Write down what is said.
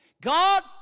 God